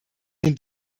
den